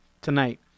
tonight